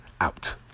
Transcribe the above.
out